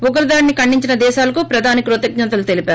ఉగ్రదాడిని ఖండించిన దేశాలకు ప్రధాని కృతజ్ఞతలు తెలిపారు